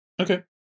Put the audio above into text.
okay